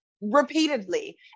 repeatedly